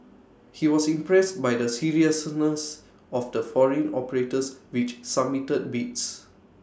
he was impressed by the seriousness of the foreign operators which submitted bids